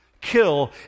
kill